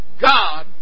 God